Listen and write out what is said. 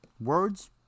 Words